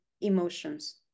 emotions